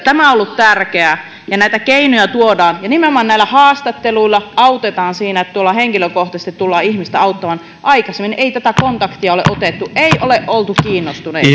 tämä on ollut tärkeää ja näitä keinoja tuodaan ja nimenomaan näillä haastatteluilla autetaan siinä että henkilökohtaisesti tullaan ihmistä auttamaan aikaisemmin ei tätä kontaktia ole otettu ei ole oltu kiinnostuneita